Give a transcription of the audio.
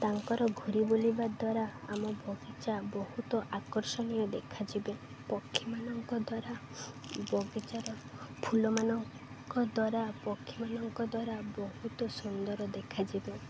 ତାଙ୍କର ଘୁୁରି ବୁଲିବା ଦ୍ୱାରା ଆମ ବଗିଚା ବହୁତ ଆକର୍ଷଣୀୟ ଦେଖାଯିବେ ପକ୍ଷୀମାନଙ୍କ ଦ୍ୱାରା ବଗିଚାର ଫୁଲମାନଙ୍କ ଦ୍ୱାରା ପକ୍ଷୀମାନଙ୍କ ଦ୍ୱାରା ବହୁତ ସୁନ୍ଦର ଦେଖାଯିବେ